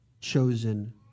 chosen